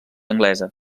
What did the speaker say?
anglesa